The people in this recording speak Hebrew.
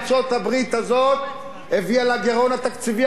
ארצות-הברית הזאת הביאה לגירעון התקציבי